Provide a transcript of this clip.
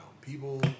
People